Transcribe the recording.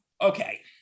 okay